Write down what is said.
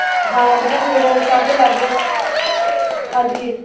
ਹਾਂ ਅੰਬ ਸਾਹਿਬ ਗੁਰਦੁਆਰਾ ਸਾਹਿਬ ਦੇ ਲਾਗੇ ਹਾਂਜੀ